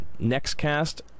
nextcast